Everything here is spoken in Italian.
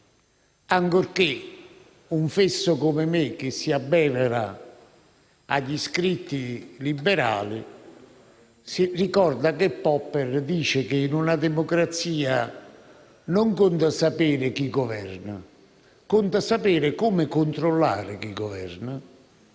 ancorché un fesso come me, che si abbevera agli scritti liberali, ricorda che secondo Popper in una democrazia non conta sapere chi governa, ma conta sapere come controllare chi governa